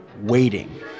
waiting